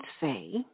say